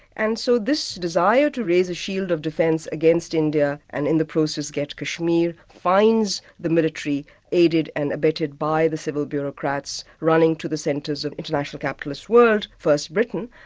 and so this desire to raise a shield of defence against india and in the process get kashmir, finds the military aided and abetted by the civil bureaucrats, running to the centres of international capitalist world first britain.